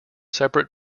separate